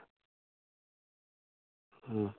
ᱦᱩᱸ